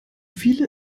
viele